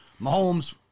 Mahomes